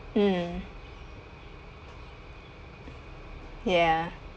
mm ya